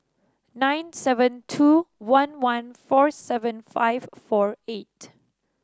nine seven two one one four seven five four eight